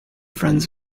friends